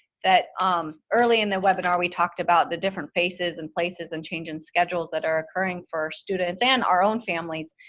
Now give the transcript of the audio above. that um early in the webinar we talked about the different faces and places and changing schedules that are occurring for our students and our own families.